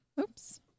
Oops